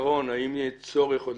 יהיה צורך עוד